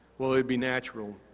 well, it'd be natural,